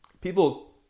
People